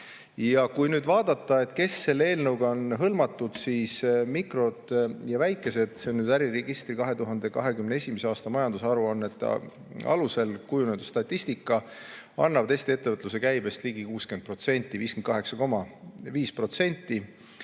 Kui nüüd vaadata, kes selle eelnõuga on hõlmatud, siis mikro- ja väikeettevõtted – see on äriregistri 2021. aasta majandusaruannete alusel kujunenud statistika – annavad Eesti ettevõtluse käibest ligi 60% ehk 58,5%.